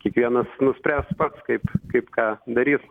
kiekvienas nuspręs pats kaip kaip ką darys